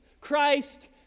Christ